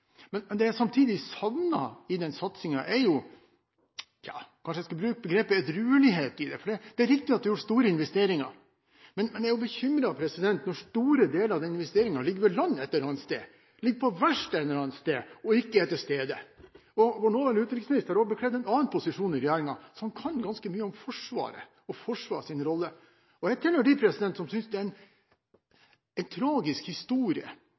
men det jeg savner i den satsingen, er «edruelighet», for å bruke et slikt uttrykk. Det er riktig at det er gjort store investeringer, men man er jo bekymret når store deler av de investeringene ligger ved land et eller annet sted, ligger på verksted et eller annet sted, og ikke er til stede. Vår nåværende utenriksminister har også bekledd en annen posisjon i regjeringen, så han kan ganske mye om Forsvaret og Forsvarets rolle. Jeg tilhører dem som synes det er en tragisk historie